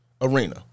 arena